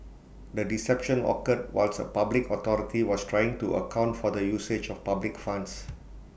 the deception occurred whilst A public authority was trying to account for the usage of public funds